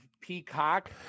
peacock